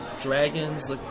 Dragons